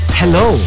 hello